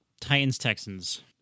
Titans-Texans